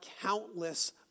countless